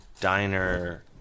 diner